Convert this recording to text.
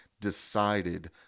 decided